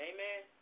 Amen